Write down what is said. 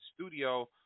studio